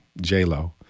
J-Lo